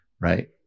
right